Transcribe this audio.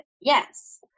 yes